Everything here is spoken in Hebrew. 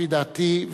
לפי דעתי,